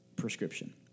prescription